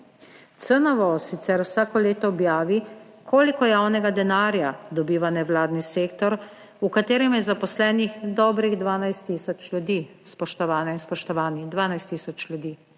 CNVO sicer vsako leto objavi koliko javnega denarja dobiva nevladni sektor, v katerem je zaposlenih dobrih 12 tisoč ljudi, spoštovane in spoštovani,